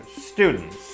Students